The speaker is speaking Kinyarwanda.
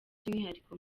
by’umwihariko